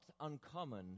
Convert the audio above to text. uncommon